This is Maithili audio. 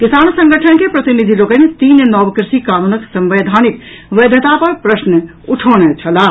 किसान संगठन के प्रतिनिधि लोकनि तीन नव कृषि कानूनक संवैधानिक वैधता पर प्रश्न उठौने छलाह